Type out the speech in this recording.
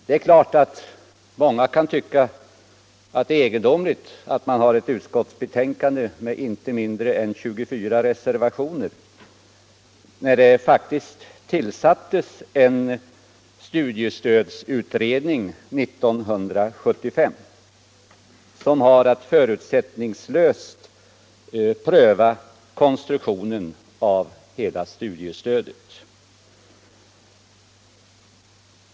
Det är klart att många kan tycka att det är egendomligt att man har ett utskottsbetänkande med inte mindre än 24 reservationer när det faktiskt tillsattes en studiestödsutredning 1975 som har att förutsättningslöst pröva konstruktionen av hela studiestödet.